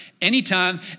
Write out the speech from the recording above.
anytime